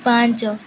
ପାଞ୍ଚ